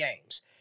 games